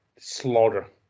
Slaughter